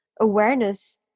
awareness